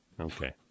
Okay